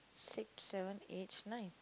six seven eight nine